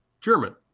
German